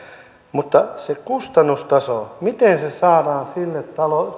mutta miten se kustannustaso saadaan sille